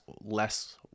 less